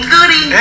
Goody